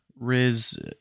Riz